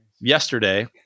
yesterday